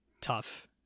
tough